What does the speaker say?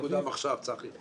מה מקודם עכשיו, צחי?